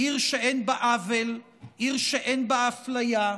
עיר שאין בה עוול, עיר שאין בה אפליה,